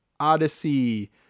Odyssey